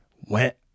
went